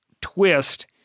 twist